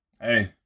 hey